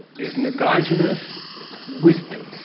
is nagarjuna's wisdom,